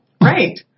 Right